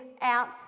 out